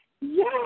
yes